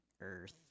Earth